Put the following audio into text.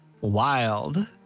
Wild